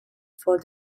for